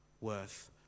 worth